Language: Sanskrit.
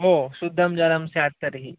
ओ शुद्धं जलं स्यात् तर्हि